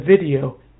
video